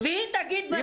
והיא תגיד מה שהיא אומרת.